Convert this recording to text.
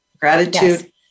Gratitude